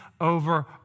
over